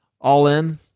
all-in